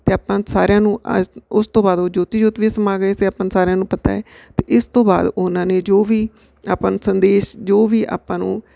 ਅਤੇ ਆਪਾਂ ਸਾਰਿਆਂ ਨੂੰ ਉਸ ਤੋਂ ਬਾਅਦ ਉਹ ਜੋਤੀ ਜੋਤ ਵੀ ਸਮਾ ਗਏ ਸੀ ਆਪਾਂ ਨੂੰ ਸਾਰਿਆਂ ਨੂੰ ਪਤਾ ਹੈ ਅਤੇ ਇਸ ਤੋਂ ਬਾਅਦ ਉਹਨਾਂ ਨੇ ਜੋ ਵੀ ਆਪਾਂ ਨੂੰ ਸੰਦੇਸ਼ ਜੋ ਵੀ ਆਪਾਂ ਨੂੰ